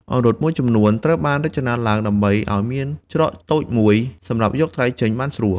អង្រុត មួយចំនួនត្រូវបានរចនាឡើងដើម្បីឲ្យមានច្រកតូចមួយ សម្រាប់យកត្រីចេញបានស្រួល។